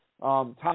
Tom